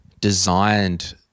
designed